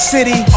City